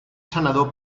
senador